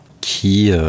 qui